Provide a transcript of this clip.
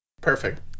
Perfect